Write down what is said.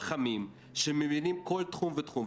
חכמים שמבינים כל תחום ותחום,